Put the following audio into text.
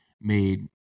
made